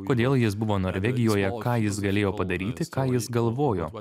kodėl jis buvo norvegijoje ką jis galėjo padaryti ką jis galvojo